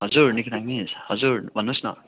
हजुर निकिता मिस हजुर भन्नु होस् न